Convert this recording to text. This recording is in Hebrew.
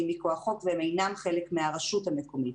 מכוח חוק והם אינם חלק מהרשות המקומית.